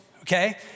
okay